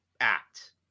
act